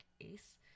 ace